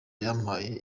yampaye